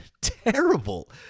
terrible